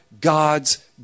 God's